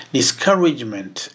Discouragement